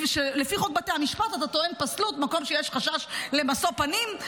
לפי חוק בתי המשפט אתה טוען פסלות מקום חשש לשיש משוא פנים.